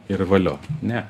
ir valio ne